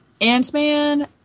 Ant-Man